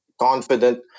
confident